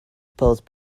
pause